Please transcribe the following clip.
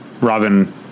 Robin